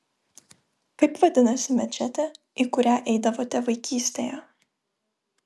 kaip vadinasi mečetė į kurią eidavote vaikystėje